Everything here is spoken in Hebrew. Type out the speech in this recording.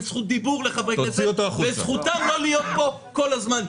זכות דיבור לחברי כנסת וזכותם לא להיות כאן כל הזמן.